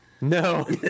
No